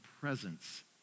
presence